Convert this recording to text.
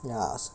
ya